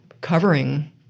covering